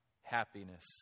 happiness